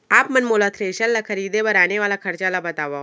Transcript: आप मन मोला थ्रेसर ल खरीदे बर आने वाला खरचा ल बतावव?